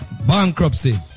Bankruptcy